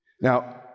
Now